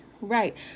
Right